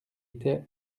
été